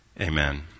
amen